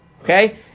Okay